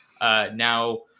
Now